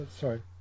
Sorry